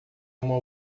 uma